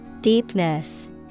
Deepness